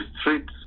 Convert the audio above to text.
streets